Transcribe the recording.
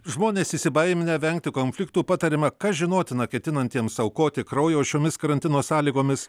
žmonės įsibaiminę vengti konfliktų patariama kas žinotina ketinantiems aukoti kraujo šiomis karantino sąlygomis